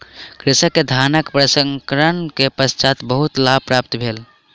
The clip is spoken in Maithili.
कृषक के धानक प्रसंस्करण के पश्चात बहुत लाभ प्राप्त भेलै